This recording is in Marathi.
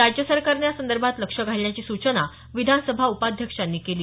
राज्य सरकारनं यासंदर्भात लक्ष घालण्याची सूचना विधानसभा उपाध्यक्षांनी केली